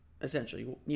essentially